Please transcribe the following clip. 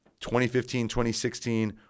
2015-2016